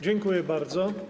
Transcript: Dziękuję bardzo.